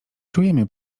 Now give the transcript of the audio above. czujemy